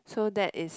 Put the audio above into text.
so that is